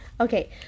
Okay